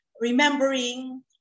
remembering